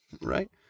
right